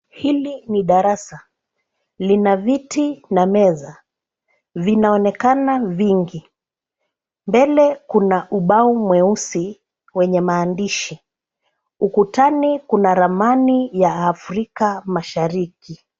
Hili ni darasa. Lina viti na meza vinaonekana vingi. Mbele kuna ubao mweusi wenye maandishi. Ukutani kuna ramani ya Afrika Mashariki.